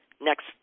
next